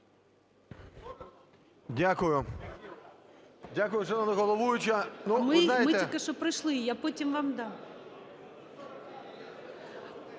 Дякую,